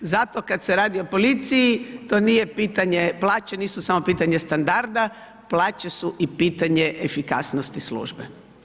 Zato kad se radi o policiji, to nije pitanje plaće, nisu samo pitanje standarda, plaće su i pitanje efikasnosti službe.